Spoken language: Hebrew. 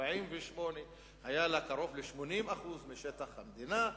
שב-1948 היה לה קרוב ל-80% משטח המדינה,